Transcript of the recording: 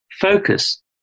Focus